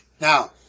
Now